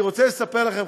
אני רוצה לספר לכם,